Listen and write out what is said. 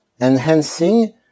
enhancing